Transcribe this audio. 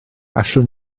allwn